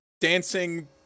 Dancing